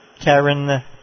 Karen